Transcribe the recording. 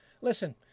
Listen